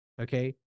okay